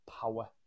power